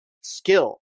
skill